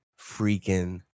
freaking